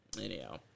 Anyhow